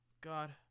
God